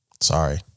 sorry